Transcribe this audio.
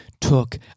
took